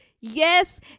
Yes